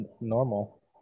normal